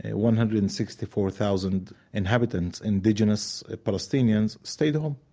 one hundred and sixty four thousand inhabitants, indigenous palestinians, stayed home.